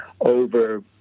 over